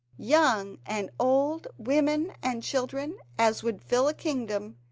young and old, women and children, as would fill a kingdom,